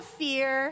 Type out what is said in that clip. fear